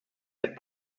that